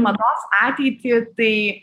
mados ateitį tai